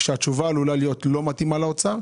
כשהתשובה עלולה להיות לא מתאימה לאוצר,